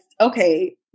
okay